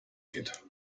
geht